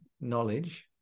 knowledge